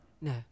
No